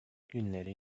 günleri